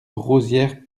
rosières